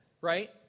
right